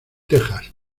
texas